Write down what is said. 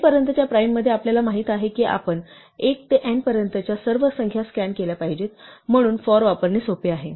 n पर्यंतच्या प्राइममध्ये आपल्याला माहित आहे की आपण 1 ते n पर्यंतच्या सर्व संख्या स्कॅन केल्या पाहिजेत म्हणून for वापरणे सोपे आहे